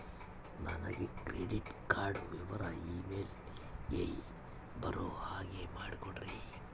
ನನಗೆ credit card ವಿವರ email ಗೆ ಬರೋ ಹಾಗೆ ಮಾಡಿಕೊಡ್ರಿ?